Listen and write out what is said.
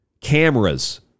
Cameras